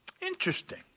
Interesting